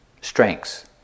strengths